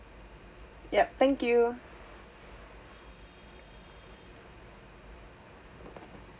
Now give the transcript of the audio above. yup thank you